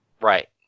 Right